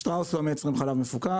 שטראוס לא מייצרים חלב מפוקח.